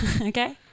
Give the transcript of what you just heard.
Okay